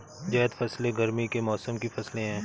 ज़ैद फ़सलें गर्मी के मौसम की फ़सलें हैं